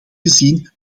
gezien